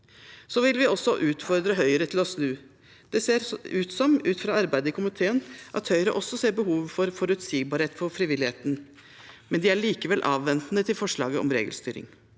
Vi vil også utfordre Høyre til å snu. Det ser ut som, ut fra arbeidet i komiteen, at Høyre også ser behovet for forutsigbarhet for frivilligheten, men de er likevel avventende til forslaget om regelstyring.